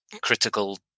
critical